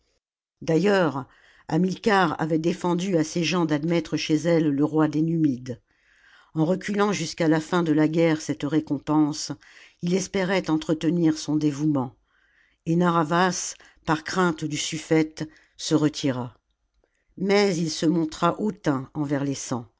d'ailleurs hamilcar avait défendu à ses gens d'admettre chez elle le roi des numides en reculant jusqu'à la fin de la guerre cette récompense il espérait entretenir son dévouement et narr'havas par crainte du suffete se retira mais il se montra hautain envers les